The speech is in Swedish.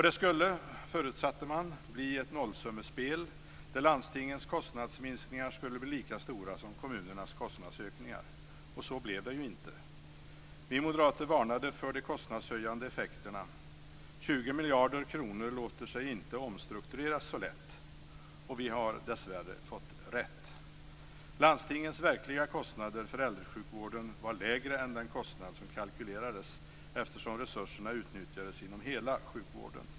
Det skulle - förutsatte man - bli ett nollsummespel där landstingens kostnadsminskningar skulle bli lika stora som kommunernas kostnadsökningar. Så blev det ju inte. Vi moderater varnade för de kostnadshöjande effekterna. 20 miljarder kronor låter sig inte omstruktureras så lätt. Vi har dessvärre fått rätt. Landstingens verkliga kostnader för äldresjukvården var lägre än den kostnad som kalkylerades eftersom resurserna utnyttjades inom hela sjukvården.